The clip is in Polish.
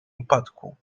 upadku